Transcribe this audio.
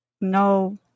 no